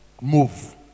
Move